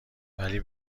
ولی